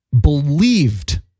believed